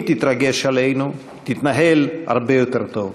אם תתרגש עלינו, תתנהל הרבה יותר טוב.